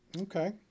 Okay